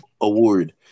award